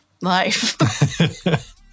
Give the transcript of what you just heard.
life